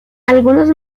algunos